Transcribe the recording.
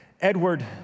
Edward